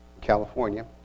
California